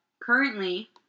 currently